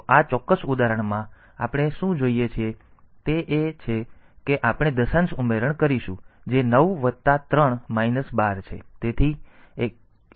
તો આ ચોક્કસ ઉદાહરણમાં આપણે શું જોઈએ છે તે એ છે કે આપણે દશાંશ ઉમેરણ કરીશું જે 9 વત્તા 3 12 છે